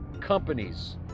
companies